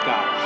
God